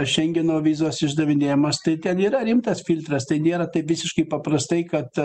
šengeno vizos išdavinėjamos tai ten yra rimtas filtras tai nėra taip visiškai paprastai kad